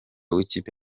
w’ikipe